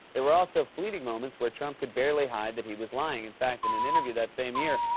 there were also fleeting moments where trump could barely hide that he was lying. in fact, in an interview that same year,